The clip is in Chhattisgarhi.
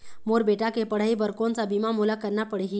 मोर बेटा के पढ़ई बर कोन सा बीमा मोला करना पढ़ही?